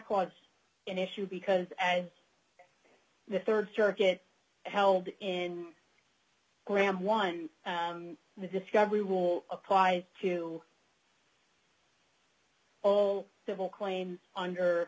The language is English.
cause an issue because as the rd circuit held in graham one the discovery rule applies to all civil claims under